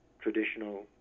traditional